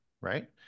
right